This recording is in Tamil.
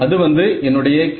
அது வந்து என்னுடைய K